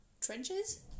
trenches